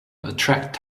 attract